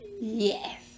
Yes